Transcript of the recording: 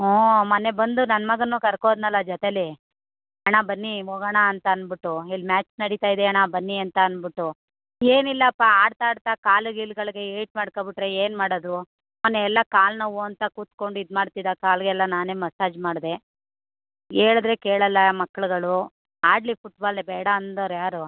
ಹ್ಞೂ ಮೊನ್ನೆ ಬಂದು ನನ್ನ ಮಗನನ್ನು ಕರ್ಕೊ ಹೋದ್ನಲ್ಲ ಜೊತೇಲಿ ಅಣ್ಣ ಬನ್ನಿ ಹೋಗೋಣ ಅಂತ ಅನ್ಬಿಟ್ಟು ಇಲ್ಲಿ ಮ್ಯಾಚ್ ನಡೀತಾ ಇದೆ ಅಣ್ಣ ಬನ್ನಿ ಅಂತ ಅನ್ಬಿಟ್ಟು ಏನಿಲ್ಲಪ್ಪ ಆಡ್ತಾ ಆಡ್ತಾ ಕಾಲು ಗೀಲುಗಳಿಗೆ ಏಟು ಮಾಡ್ಕೊಂಬಿಟ್ರೆ ಏನು ಮಾಡೋದು ಮೊನ್ನೆ ಎಲ್ಲ ಕಾಲು ನೋವು ಅಂತ ಕುತ್ಕೊಂಡು ಇದು ಮಾಡ್ತಿದ್ದ ಕಳಿಗೆಲ್ಲ ನಾನೇ ಮಸಾಜ್ ಮಾಡಿದೆ ಹೇಳದ್ರೆ ಕೇಳೋಲ್ಲ ಮಕ್ಳುಗಳು ಆಡಲಿ ಫುಟ್ಬಾಲೇ ಬೇಡ ಅಂದೋರು ಯಾರು